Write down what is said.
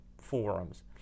forums